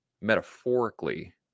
metaphorically